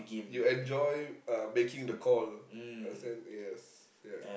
you enjoy uh making the call understand yes ya